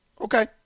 Okay